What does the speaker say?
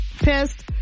pissed